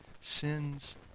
Sins